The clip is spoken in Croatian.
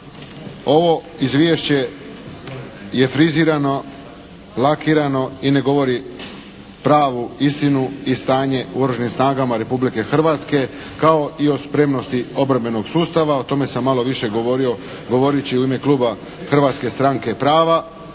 Ovo izvješće je frizirano, lakirano i ne govori pravu istinu i stanje u Oružanim snagama Republike Hrvatske kao i o spremnosti obrambenog sustava, o tome sam malo više govorio, govorit ću i u ime kluba Hrvatske stranke prava,